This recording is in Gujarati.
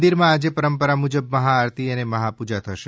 મંદિરમાં આજે પરંપરા મુજબ મહાઆરતી મહાપૂજા થશે